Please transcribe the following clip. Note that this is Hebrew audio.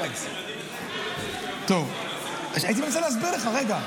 אני רוצה להסביר לך, רגע.